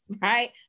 right